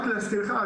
רק להזכירך,